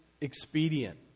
expedient